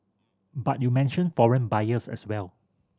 but you mentioned foreign buyers as well